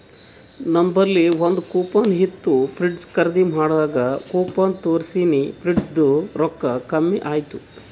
ನಂಬಲ್ಲಿ ಒಂದ್ ಕೂಪನ್ ಇತ್ತು ಫ್ರಿಡ್ಜ್ ಖರ್ದಿ ಮಾಡಾಗ್ ಕೂಪನ್ ತೋರ್ಸಿನಿ ಫ್ರಿಡ್ಜದು ರೊಕ್ಕಾ ಕಮ್ಮಿ ಆಯ್ತು